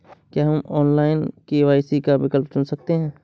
क्या हम online KYC का विकल्प चुन सकते हैं?